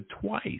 twice